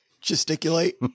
Gesticulate